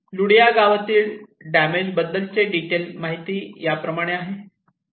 लुडिया गावातील घरांच्या डॅमेज बद्दलचे डिटेल माहिती याप्रमाणे आहे